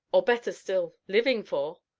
or better still living for!